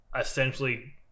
essentially